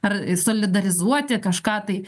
ar solidarizuoti kažką tai